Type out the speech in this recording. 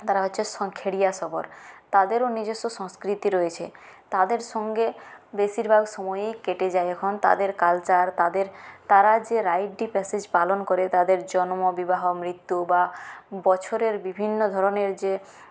তারা হচ্ছে সংখেরিয়া শবর তাদেরও নিজস্ব সংস্কৃতি রয়েছে তাদের সঙ্গে বেশিরভাগ সময়ই কেটে যায় এখন তাদের কালচার তাদের তারা যে পালন করে তাদের জন্ম বিবাহ মৃত্যু বা বছরের বিভিন্ন ধরনের যে